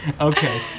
Okay